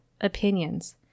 opinions